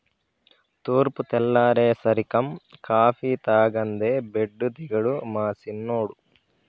తూర్పు తెల్లారేసరికం కాఫీ తాగందే బెడ్డు దిగడు మా సిన్నోడు